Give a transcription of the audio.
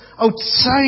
outside